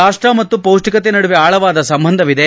ರಾಷ್ಷ ಮತ್ತು ಪೌಷ್ಠಿಕತೆ ನಡುವೆ ಆಳವಾದ ಸಂಬಂಧವಿದೆ